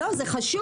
לא זה חשוב,